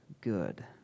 good